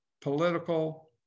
political